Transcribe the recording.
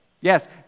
Yes